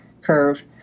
curve